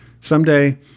Someday